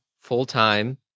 full-time